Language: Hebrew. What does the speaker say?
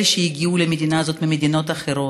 אלה שהגיעו למדינה הזאת ממדינות אחרות,